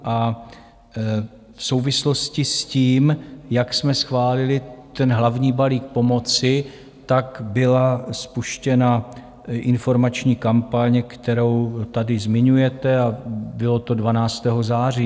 V souvislosti s tím, jak jsme schválili hlavní balík pomoci, byla spuštěna informační kampaň, kterou tady zmiňujete, a bylo to 12. září.